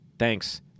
thanks